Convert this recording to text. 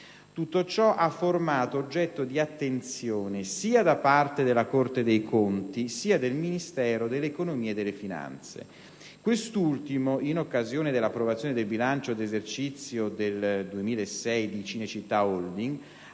Tutto ciò ha formato oggetto di attenzione sia da parte della Corte dei conti sia del Ministero dell'economia e delle finanze; quest'ultimo, in occasione dell'approvazione del bilancio d'esercizio 2006 di Cinecittà Holding,